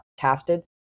tafted